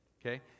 okay